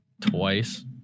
twice